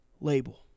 label